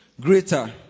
greater